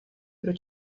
pro